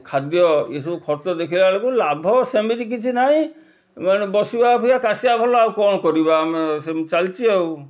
ମୁଁ ଖାଦ୍ୟ ଏ ସବୁ ଖର୍ଚ୍ଚ ଦେଖିଲା ବେଳକୁ ଲାଭ ସେମିତି କିଛି ନାହିଁ ମାନେ ବସିବା ଅପେକ୍ଷା କାଶିବା ଭଲ ଆଉ କ'ଣ କରିବା ଆମେ ସେମିତି ଚାଲିଛି ଆଉ